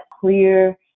clear